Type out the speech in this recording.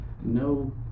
no